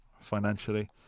financially